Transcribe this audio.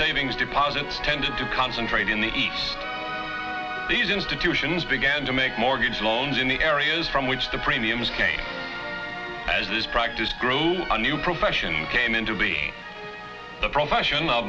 savings deposits tended to concentrate in the these institutions began to make mortgage loans in the areas from which the premiums came as this practice grew a new profession came into being the profession